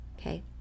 Okay